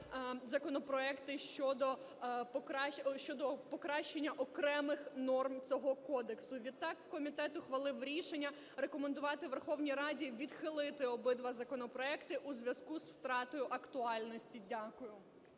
законопроекти щодо покращення окремих норм цього кодексу. Відтак комітет ухвалив рішення рекомендувати Верховній Раді відхилити обидва законопроекти у зв'язку з втратою актуальності. Дякую.